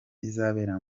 izabera